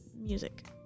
music